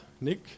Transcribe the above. Nick